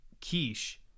quiche